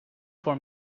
for